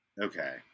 Okay